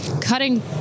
cutting